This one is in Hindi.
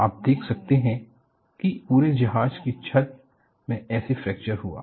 आप देख सकते हैं कि पूरे जहाज के छत में कैसे फ्रैक्चर हुआ